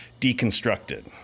deconstructed